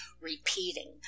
repeating